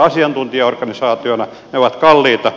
ne ovat kalliita